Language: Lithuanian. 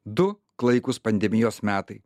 du klaikūs pandemijos metai